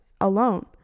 alone